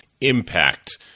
impact